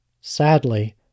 Sadly